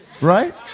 right